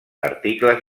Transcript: articles